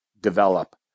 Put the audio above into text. develop